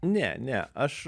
ne ne aš